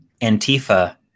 Antifa